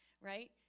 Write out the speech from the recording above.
right